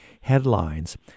headlines